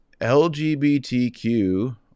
LGBTQ